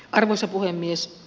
arvoisa puhemies